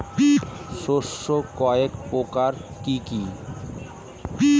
শস্য কয় প্রকার কি কি?